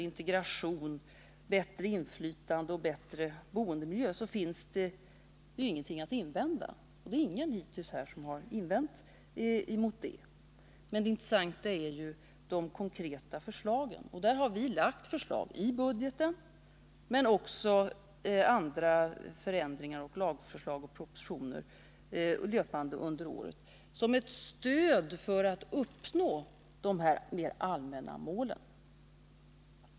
integration samt bättre inflytande och bättre boendemiljöer finns det inget att invända mot, och ingen har heller hittills framfört sådana invändningar. Men det intressanta är de konkreta förslagen. Vi har lagt fram förslag till förändringar i budgetpropositionen men också i andra propositioner löpande under året, för att försöka uppnå dessa allmänna mål.